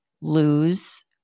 lose